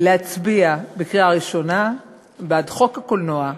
להצביע בקריאה ראשונה בעד חוק הקולנוע.